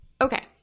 Okay